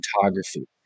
photography